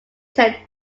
tend